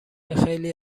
خیلی